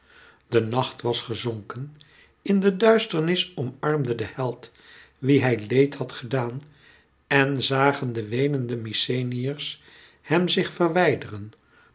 de nacht was gezonken in de duisternis omarmde de held wie hij leed had gedaan en zagen de weenende mykenæërs hem zich verwijderen